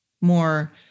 more